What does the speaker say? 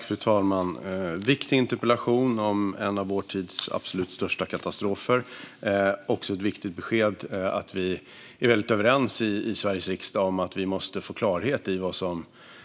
Fru talman! Det är en viktig interpellation om en av vår tids absolut största katastrofer. Det är också ett viktigt besked att vi är väldigt överens i Sveriges riksdag om att vi måste få klarhet i vad